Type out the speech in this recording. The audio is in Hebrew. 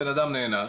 הבן אדם נענש,